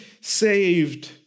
saved